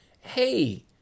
hey